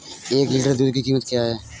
एक लीटर दूध की कीमत क्या है?